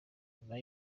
nyuma